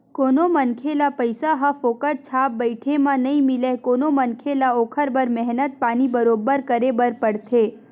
कोनो मनखे ल पइसा ह फोकट छाप बइठे म नइ मिलय कोनो मनखे ल ओखर बर मेहनत पानी बरोबर करे बर परथे